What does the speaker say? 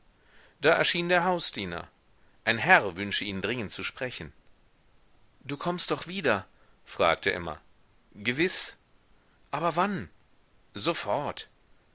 da erschien der hausdiener ein herr wünsche ihn dringend zu sprechen du kommst doch wieder fragte emma gewiß aber wann sofort